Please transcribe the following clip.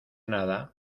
nada